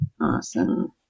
Awesome